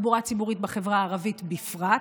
ובתחבורה ציבורית בחברה הערבית בפרט,